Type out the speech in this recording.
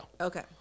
Okay